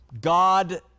God